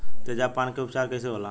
तेजाब पान के उपचार कईसे होला?